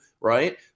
right